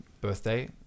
birthday